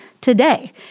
today